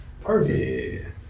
Perfect